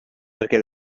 perquè